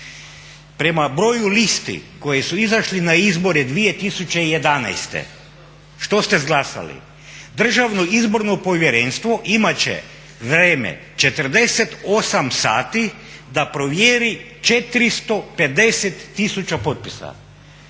Prema broju listi koji su izašli na izbore 2011. što ste izglasali? Državno izborno povjerenstvo imat će vrijeme 48 sati da provjeri 450 tisuća potpisa.